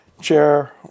chair